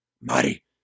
Marty